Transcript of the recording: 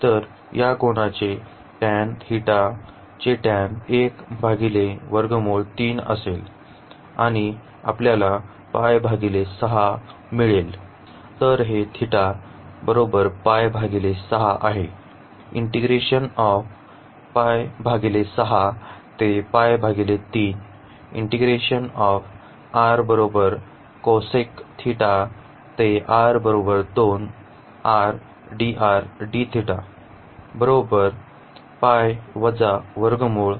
तर या कोनाचे टॅन थीटा चे टॅन असेल आणि आपल्याला मिळेल